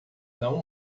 não